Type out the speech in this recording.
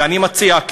ואני מציע,